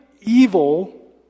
evil